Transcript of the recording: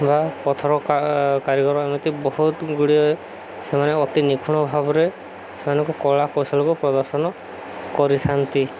ବା ପଥର କାରିଗର ଏମିତି ବହୁତ ଗୁଡ଼ିଏ ସେମାନେ ଅତି ନିଖୁଣ ଭାବରେ ସେମାନଙ୍କ କଳା କୌଶଳକୁ ପ୍ରଦର୍ଶନ କରିଥାନ୍ତି